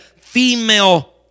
female